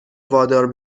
وادار